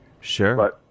sure